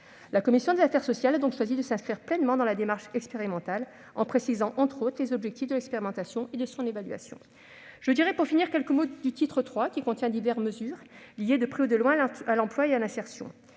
La commission des affaires sociales a donc choisi de s'inscrire pleinement dans la démarche expérimentale, en précisant, entre autres choses, les objectifs de l'expérimentation et de son évaluation. Pour finir, je dirai quelques mots du titre III, qui contient diverses mesures liées de près ou de loin à l'emploi et à l'insertion.